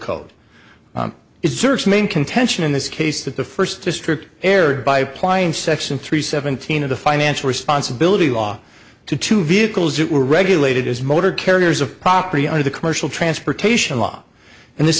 code its search main contention in this case that the first district erred by applying section three seventeen of the financial responsibility law to two vehicles that were regulated as motor carriers of property under the commercial transportation law and this